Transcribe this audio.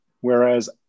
Whereas